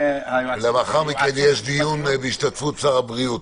לאחר מכן יהיה דיון בהשתתפות שר הבריאות.